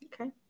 Okay